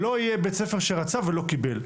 שלא יהיה בית ספר שרצה ולא קיבל,